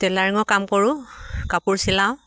টেলাৰিঙৰ কাম কৰোঁ কাপোৰ চিলাওঁ